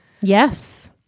Yes